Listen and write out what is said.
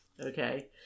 Okay